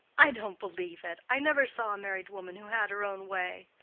i don't believe it. i never saw a married woman who had her own way.